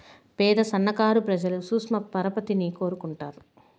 పేద సన్నకారు ప్రజలు సూక్ష్మ పరపతిని కోరుకుంటారు